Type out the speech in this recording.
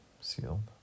sealed